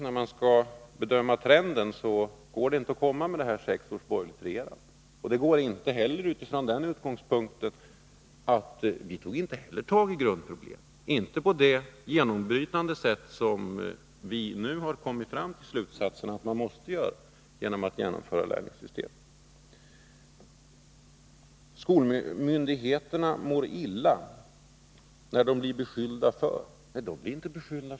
När man skall bedöma trenden går det inte att komma med några fraser om sex års borgerligt regerande. Och jag kan säga: Vi tog inte heller tag i grundproblemet —- inte på det genombrytande sätt som vi nu kommit fram till att vi måste göra genom att genomföra lärlingssystemet. Skolmyndigheterna mår illa när de blir beskyllda, säger Lena Hjelm Wallén.